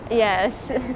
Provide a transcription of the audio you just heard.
yes